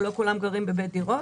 לא כולם גרים בבית דירות.